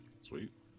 sweet